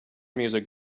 music